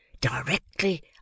Directly